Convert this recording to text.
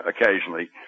occasionally